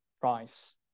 price